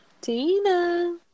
Tina